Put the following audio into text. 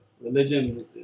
Religion